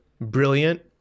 brilliant